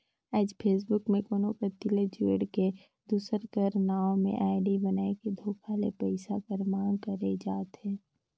आएज फेसबुक में कोनो कती ले जुइड़ के, दूसर कर नांव में आईडी बनाए के धोखा ले पइसा कर मांग करई जावत हवे